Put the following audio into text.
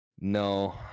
No